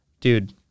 Dude